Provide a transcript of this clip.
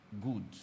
good